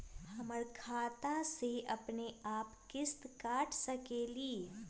हमर खाता से अपनेआप किस्त काट सकेली?